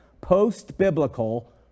post-biblical